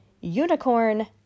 unicorn